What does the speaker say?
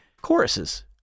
choruses